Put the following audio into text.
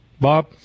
Bob